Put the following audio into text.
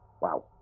Wow